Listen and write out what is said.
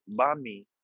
bami